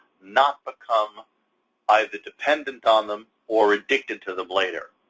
not become either dependent on them or addicted to them later.